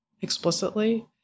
explicitly